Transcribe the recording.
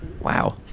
Wow